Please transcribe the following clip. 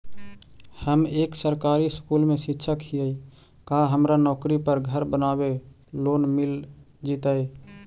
हम एक सरकारी स्कूल में शिक्षक हियै का हमरा नौकरी पर घर बनाबे लोन मिल जितै?